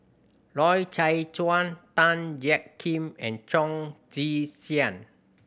Loy Chye Chuan Tan Jiak Kim and Chong Tze Chien